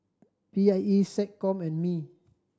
P I E SecCom and Mi